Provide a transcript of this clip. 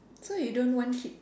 so you don't want kids